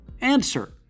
answer